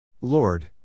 Lord